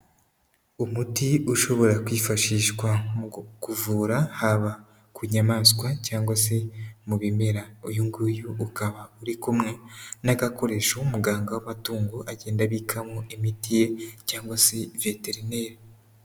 Umuti ushobora kwifashishwa mu kuvura haba ku nyamaswa cyangwa se mu bimera, uyu nguyu ukaba uri kumwe n'agakoresho muganga w'amatungo agenda abikamo imiti ye cyangwa se veterineri.